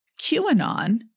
QAnon